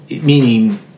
meaning